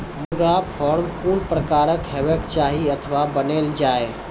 मुर्गा फार्म कून प्रकारक हेवाक चाही अथवा बनेल जाये?